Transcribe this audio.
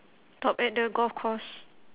top at the golf course